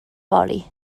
fory